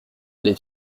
les